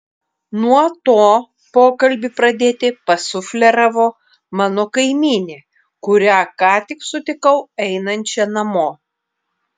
nuo to pokalbį pradėti pasufleravo mano kaimynė kurią ką tik sutikau einančią namo